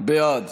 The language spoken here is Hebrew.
בעד